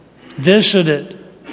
visited